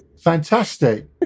fantastic